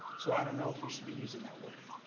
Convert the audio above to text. so i don't know if we should be using that wording.